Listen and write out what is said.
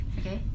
okay